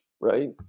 right